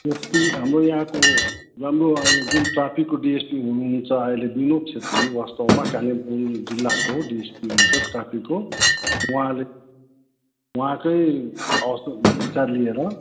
DSP हाम्रो याहाँको राम्रो अहिले जुन ट्राफिकको डिएसपी हुनुहुन्छ अहिले विनोद छेत्री वास्तवमा कालिम्पोङ जिल्लाको डिएसपी हुनुन्छ ट्राफिकको उहाँले उहाँकै विचार लिएर